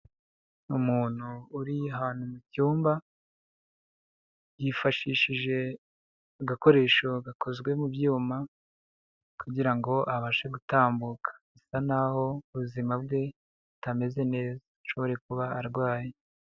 Ni umuntu uri ahantu mu cyumba, yifashishije agakoresho gakozwe mu byuma kugira ngo abashe gutambuka, bisa nkaho ubuzima bwe butameze neza, ashobore kuba arwaye.